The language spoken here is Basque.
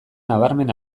nabarmen